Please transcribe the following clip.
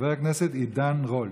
חבר הכנסת עידן רול,